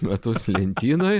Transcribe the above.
metus lentynoj